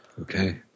okay